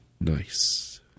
Nice